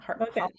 Okay